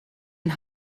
and